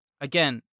again